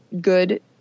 good